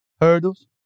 Hurdles